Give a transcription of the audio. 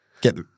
Get